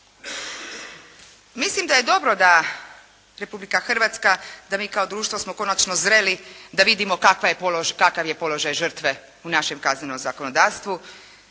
Mislim da je dobro da Republika Hrvatska da mi kao društvo smo konačno zreli da vidimo kakav je položaj žrtve u našem kaznenom zakonodavstvu